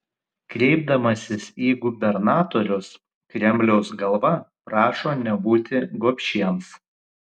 kreipdamasis į gubernatorius kremliaus galva prašo nebūti gobšiems